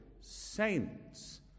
saints